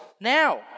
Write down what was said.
now